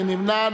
מי נמנע?